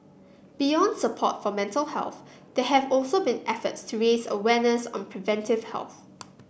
beyond support for mental health there have also been efforts to raise awareness on preventive health